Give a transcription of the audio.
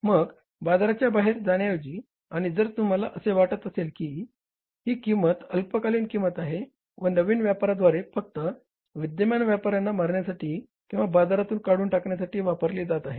मग बाजाराच्या बाहेर जाण्याऐवजी आणि जर तुम्हाला असे वाटत असेल की ही किंमत अल्पकालीन किंमत आहे व नवीन व्यापाऱ्याद्वारे फक्त विद्यमान व्यापाऱ्यांना मारण्यासाठी किंवा बाजारातून काढून टाकण्यासाठी वापरली जात आहे